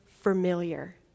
familiar